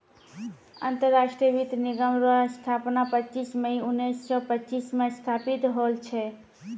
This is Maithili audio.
अंतरराष्ट्रीय वित्त निगम रो स्थापना पच्चीस मई उनैस सो पच्चीस मे स्थापित होल छै